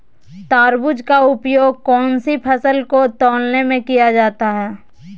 तराजू का उपयोग कौन सी फसल को तौलने में किया जाता है?